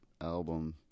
album